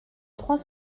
trois